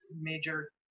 major